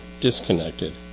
disconnected